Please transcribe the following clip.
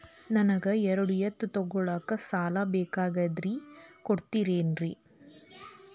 ನನಗ ಎರಡು ಎತ್ತು ತಗೋಳಾಕ್ ಸಾಲಾ ಬೇಕಾಗೈತ್ರಿ ಕೊಡ್ತಿರೇನ್ರಿ?